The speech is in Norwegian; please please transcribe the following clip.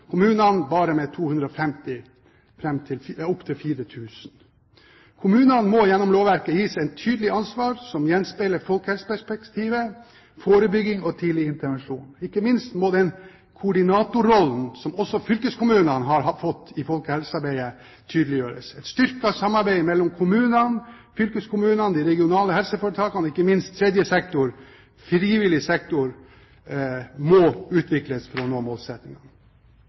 kommunene bare økte med 250, til 4 000. Kommunene må gjennom lovverket gis et tydelig ansvar som gjenspeiler folkehelseperspektivet, forebygging og tidlig intervensjon. Ikke minst må den koordinatorrollen som også fylkeskommunene har fått i folkehelsearbeidet, tydeliggjøres. Et styrket samarbeid mellom kommunene, fylkeskommunene, de regionale helseforetakene og ikke minst den tredje sektor – den frivillige sektor – må utvikles for å nå